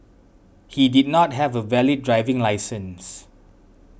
he did not have a valid driving licence